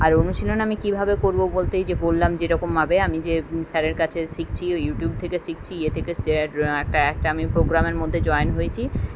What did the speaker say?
আর অনুশীলন আমি কীভাবে করবো বলতে এই যে বললাম যেরকমভাবে আমি যে স্যারের কাছে শিখছি ওই ইউটিউব থেকে শিখছি ইয়ে থেকে সে একটা একটা আমি প্রোগ্রামের মধ্যে জয়েন হয়েছি